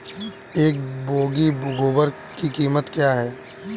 एक बोगी गोबर की क्या कीमत है?